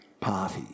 party